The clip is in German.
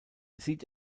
sieht